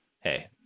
hey